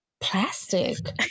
plastic